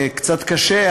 קצת קשה,